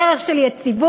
דרך של יציבות,